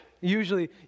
Usually